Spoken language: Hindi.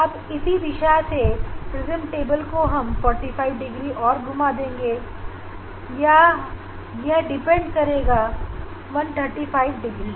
अब इस प्रिज्म टेबल को दिशा के अनुसार 45 डिग्री या 135 डिग्री और घूम देंगे